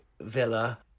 Villa